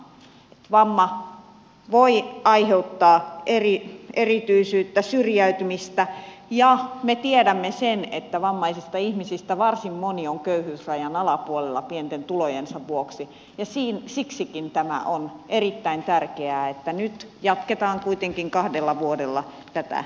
vamma voi aiheuttaa erityisyyttä syrjäytymistä ja me tiedämme sen että vammaisista ihmisistä varsin moni on köyhyysrajan alapuolella pienten tulojensa vuoksi ja siksikin tämä on erittäin tärkeää että nyt jatketaan kuitenkin kahdella vuodella tätä määräaikaa